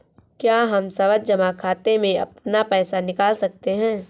क्या हम सावधि जमा खाते से अपना पैसा निकाल सकते हैं?